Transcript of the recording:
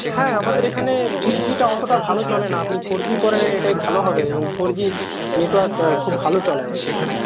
হ্যাঁ আমাদের এখানে থ্রি জি টা অতটা ভালো চলে না আপনি ফোর জি করে নিন এটাই ভালো হবে এবং ফোর জি নেটওয়ার্ক খুব ভালো চলে আমাদের এখানে